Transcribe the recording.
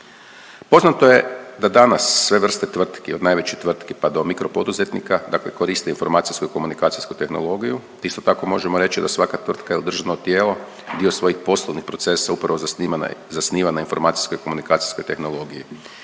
Poznato je da danas sve vrste tvrtki od najvećih tvrtki pa do mikro poduzetnika koriste informacijsko komunikacijsku tehnologiju, isto tako možemo reći da svaka tvrtka il državno tijelo dio svojih poslovnih procesa upravo zasniva na informacijsko komunikacijskoj tehnologiji.